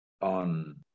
on